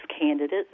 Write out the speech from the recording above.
candidates